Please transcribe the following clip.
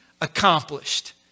accomplished